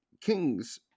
kings